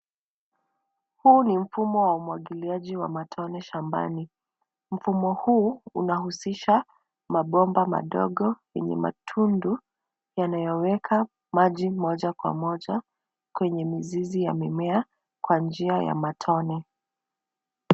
Huu ni mfumo wa umwagiliaji wa matone shambani. Mfumo huu unahusisha mabomba madogo yenye matundu yanayoweka maji moja kwa moja kwenye mizizi ya mimea kwa njia ya matone.